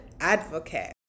advocate